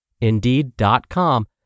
Indeed.com